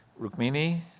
Rukmini